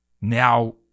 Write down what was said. Now